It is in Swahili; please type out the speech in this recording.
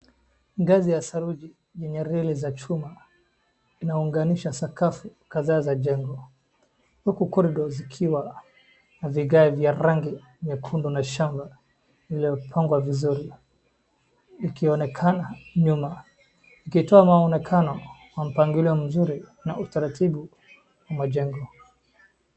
Ngazi ya saruji yenye reli za chuma inaunganisha sakafu kadhaa za jengo. Huku corridor zikiwa na vigae vya rangi nyekundu na shaba iliyopangwa vizuri ikionekana nyuma. Ikitoa mwonekano wa mpangilio mzuri na utaratibu wa majengo.